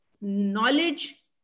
knowledge